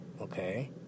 Okay